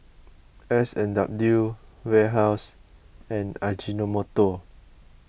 S and W Warehouse and Ajinomoto